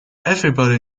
everybody